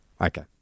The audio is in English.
Okay